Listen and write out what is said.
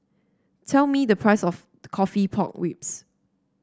tell me the price of coffee Pork Ribs